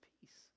peace